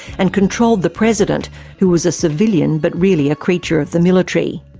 and controlled the president who was a civilian, but really a creature of the military.